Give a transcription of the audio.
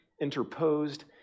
interposed